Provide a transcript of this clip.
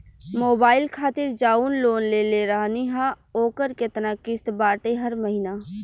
Mobile खातिर जाऊन loan लेले रहनी ह ओकर केतना किश्त बाटे हर महिना?